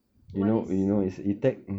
what is